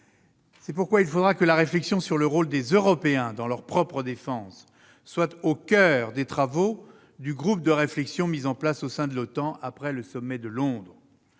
C'est pourquoi il faudra que le rôle des Européens dans leur propre défense soit au coeur des travaux du groupe de réflexion mis en place au sein de l'OTAN après le sommet de Londres.